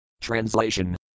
Translation